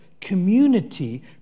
community